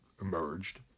emerged